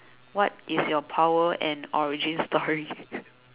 what is your power and origin story